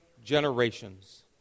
generations